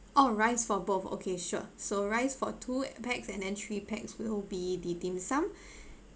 oh rice for both okay sure so rice for two pax and then three pax will be the dim sum